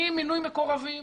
ממינוי מקורבים,